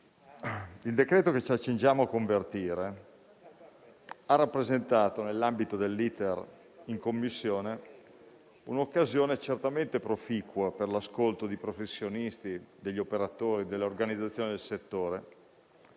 il decreto che ci accingiamo a convertire ha rappresentato, nell'ambito dell'*iter* in Commissione, un'occasione certamente proficua per l'ascolto di professionisti, operatori e organizzazioni del settore,